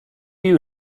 you